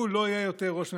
הוא לא יהיה יותר ראש ממשלה.